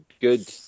good